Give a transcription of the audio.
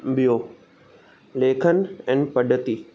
ॿियो लेखन ऐं पद्धती